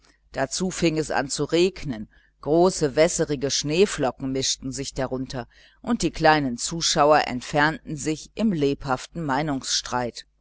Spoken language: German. dazu fing es an zu regnen große wässerige schneeflocken mischten sich darunter und die kleinen zuschauer entfernten sich im lebhaften